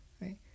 Right